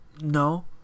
no